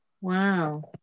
Wow